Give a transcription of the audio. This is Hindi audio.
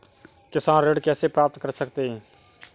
किसान ऋण कैसे प्राप्त कर सकते हैं?